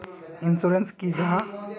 Insurance की जाहा?